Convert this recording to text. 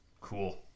Cool